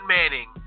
Manning